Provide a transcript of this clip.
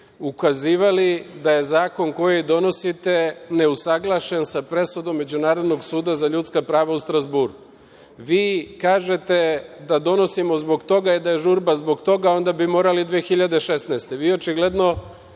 ukazivali da je zakon koji donosite neusaglašen sa presudom Međunarodnog suda za ljudska prava u Strazburu. Vi kažete da donosimo zbog toga, a da je žurba zbog toga onda bi morali 2016. godine. Vi očigledno